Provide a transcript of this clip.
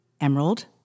emerald